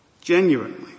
genuinely